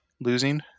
losing